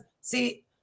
see